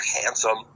handsome